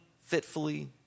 fitfully